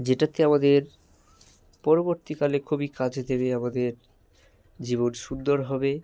যেটাতে আমাদের পরবর্তীকালে খুবই কাজে দেবে আমাদের জীবন সুন্দর হবে